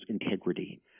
integrity